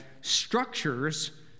structures